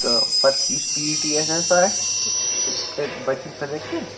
تہٕ پَتہٕ یُس تہِ پی ایسس اَسہِ آسہِ تہٕ سُہ کَرِ بَچَن سِلیکٹ